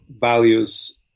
values